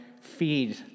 feed